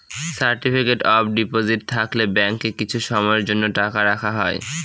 certificate of deposit থাকলে ব্যাঙ্কে কিছু সময়ের জন্য টাকা রাখা হয়